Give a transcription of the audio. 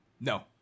no